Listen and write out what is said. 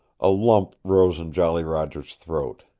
a lump rose in jolly roger's throat.